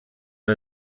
del